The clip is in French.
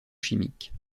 chimique